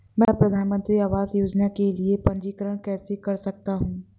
मैं प्रधानमंत्री आवास योजना के लिए पंजीकरण कैसे कर सकता हूं?